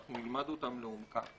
אנחנו נלמד אותם לעומקם.